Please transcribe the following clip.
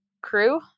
crew